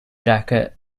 jacket